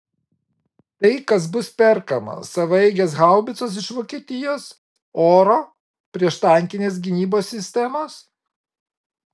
tai kas bus perkama savaeigės haubicos iš vokietijos oro prieštankinės gynybos sistemos